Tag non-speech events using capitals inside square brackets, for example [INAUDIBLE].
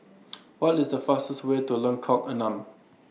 [NOISE] What IS The fastest Way to Lengkok Enam